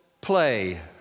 play